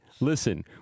Listen